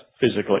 physically